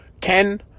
Ken